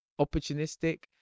opportunistic